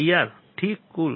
તૈયાર ઠીક કુલ